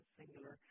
singular